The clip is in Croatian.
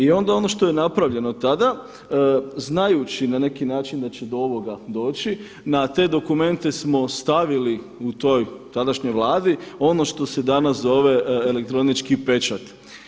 I onda ono što je napravljeno tada znajući na neki način da će do ovoga doći na te dokumente smo stavili u toj tadašnjoj Vladi ono što se danas zove elektronički pečat.